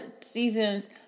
seasons